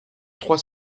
trois